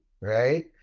right